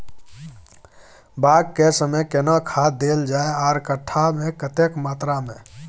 बाग के समय केना खाद देल जाय आर कट्ठा मे कतेक मात्रा मे?